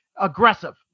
aggressive